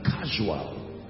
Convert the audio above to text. casual